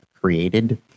created